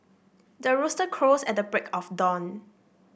the rooster crows at the break of dawn